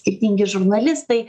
skirtingi žurnalistai